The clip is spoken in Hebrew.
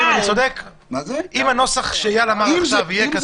אם הנוסח שאייל אמר עכשיו יהיה כתוב,